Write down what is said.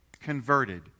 converted